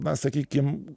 na sakykim